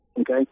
okay